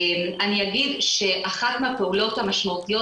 אני אגיד שאחת מהפעולות המשמעותיות